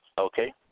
Okay